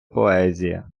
поезія